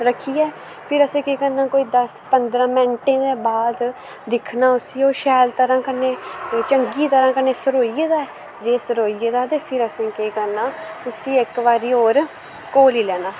रक्खी ऐ फिर असैं केह् करना कोई दस पंदरा मैन्टें दे बाद दिक्खना उसी ओह् शैल तरां कन्नै चंग्गी तरां कन्नै सरोई गेदा ऐ जे सरोई गेदा ते फिर असें केह् करना अस्सी इक बारी होर घोली लैना